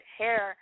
hair